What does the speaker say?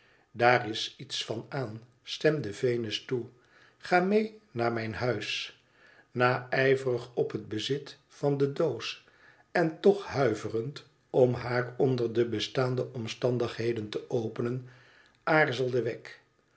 daar is iets van aan stemde venus toe i ga mee naar mijn huis naijverig op het bezit van de doos en toch huiverend om haar onder de bestaande omstandigheden te openen aarzelde wegg